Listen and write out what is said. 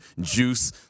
juice